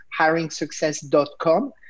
HiringSuccess.com